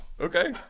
Okay